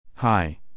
Hi